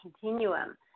continuum